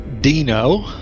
Dino